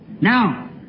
Now